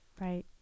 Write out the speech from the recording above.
Right